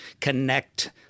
connect